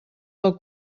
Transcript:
del